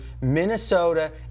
Minnesota